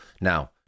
Now